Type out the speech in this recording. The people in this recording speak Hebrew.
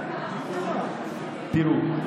תראו,